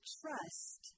trust